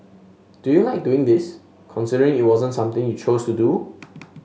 do you like doing this considering it wasn't something you chose to do